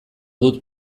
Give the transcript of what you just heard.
dut